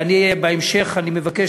ובהמשך אני מבקש,